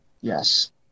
Yes